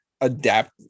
adapt